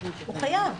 הוא חייב.